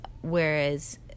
whereas